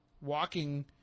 walking